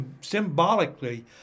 symbolically